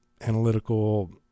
analytical